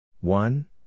One